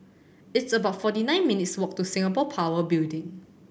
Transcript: it's about forty nine minutes' walk to Singapore Power Building